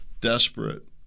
desperate